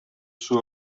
sue